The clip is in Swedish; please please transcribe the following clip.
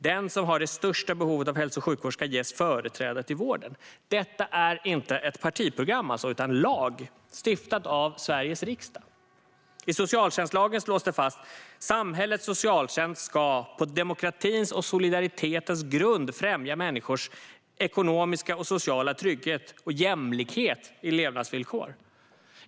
Den som har det största behovet av hälso och sjukvård skall ges företräde till vården." Detta är alltså inte ett partiprogram utan lag, stiftad av Sveriges riksdag. I socialtjänstlagen slås det fast: "Samhällets socialtjänst skall på demokratins och solidaritetens grund främja människornas ekonomiska och sociala trygghet jämlikhet i levnadsvillkor."